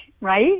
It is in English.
Right